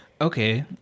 Okay